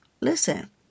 Listen